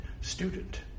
student